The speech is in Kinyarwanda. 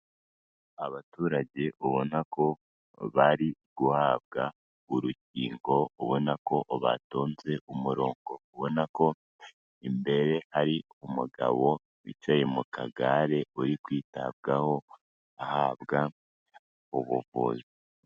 Abaturage ubona ko bari guhabwa urukingo, ubona ko batonze umurongo, ubona ko imbere hari umugabo wicaye mu kagare uri kwitabwaho ahabwa ubuvuzi.